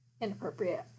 inappropriate